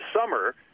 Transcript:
summer